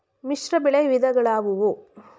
ಮಿಶ್ರಬೆಳೆ ವಿಧಗಳಾವುವು?